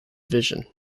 vision